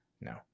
No